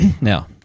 Now